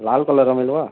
ଲାଲ୍ କଲର୍ର ମିଲ୍ବା